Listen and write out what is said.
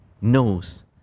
knows